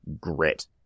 grit